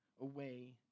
away